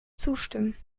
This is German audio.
zustimmen